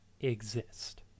exist